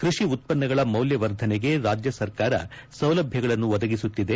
ಕ್ಪಡಿ ಉತ್ಸನ್ನಗಳ ಮೌಲ್ಯವರ್ಧನೆಗೆ ರಾಜ್ಯ ಸರ್ಕಾರ ಸೌಲಭ್ಯಗಳನ್ನು ಒದಗಿಸುತ್ತಿದೆ